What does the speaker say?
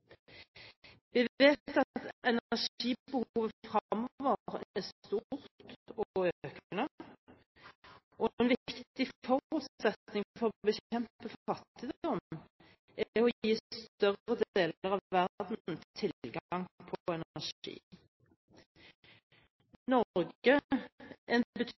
Vi vet at energibehovet fremover er stort og økende. En viktig forutsetning for å bekjempe fattigdom er å gi større deler av verden tilgang på energi. Norge er en